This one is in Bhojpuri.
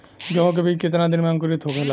गेहूँ के बिज कितना दिन में अंकुरित होखेला?